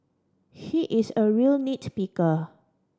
he is a real nit picker